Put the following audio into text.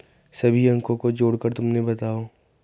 सभी अंकों को जोड़कर मुझे बताओ